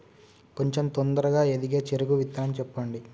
కొంచం తొందరగా ఎదిగే చెరుకు విత్తనం చెప్పండి?